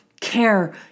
care